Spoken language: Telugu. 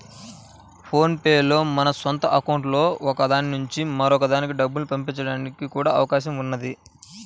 ఫోన్ పే లో మన సొంత అకౌంట్లలో ఒక దాని నుంచి మరొక దానికి డబ్బుల్ని పంపడానికి కూడా అవకాశం ఉన్నది